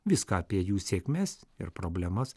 viską apie jų sėkmes ir problemas